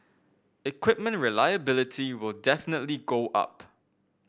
equipment reliability will definitely go up